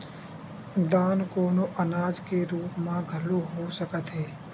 दान कोनो अनाज के रुप म घलो हो सकत हे